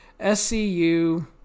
SCU